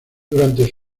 durante